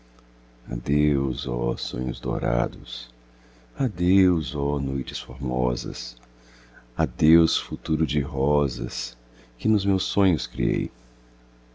adeus oh sonhos dourados adeus oh noites formosas adeus futuro de rosas que nos meus sonhos criei